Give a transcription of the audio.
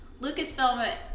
Lucasfilm